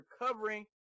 recovering